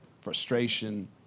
frustration